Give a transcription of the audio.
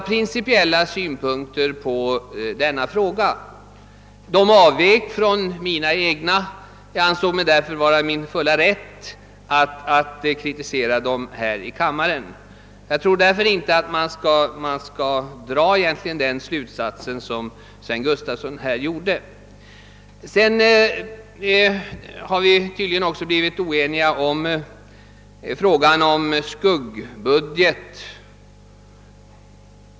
Eftersom dessa synpunkter avvek från mina egna ansåg jag mig vara i min fulla rätt att kritisera dem här i kammaren. Jag tror därför inte att man skall dra den slutsats som herr Gustafson gjorde. Tydligen har vi också blivit oense beträffande frågan om :skuggbudget.